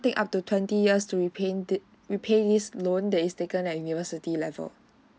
take up to twenty years to repaying it repay this loan that is taken at university level